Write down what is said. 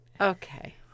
Okay